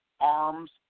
arms